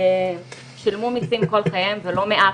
הם שילמו מיסים כל חייהם, ולא מעט.